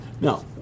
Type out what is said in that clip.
Now